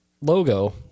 logo